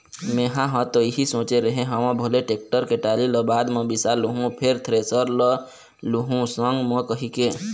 मेंहा ह तो इही सोचे रेहे हँव भले टेक्टर के टाली ल बाद म बिसा लुहूँ फेर थेरेसर ल लुहू संग म कहिके